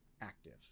active